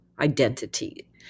identity